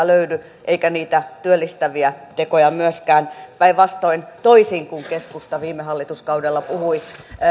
löydy eikä niitä työllistäviä tekoja myöskään päinvastoin toisin kuin keskusta viime hallituskaudella puhui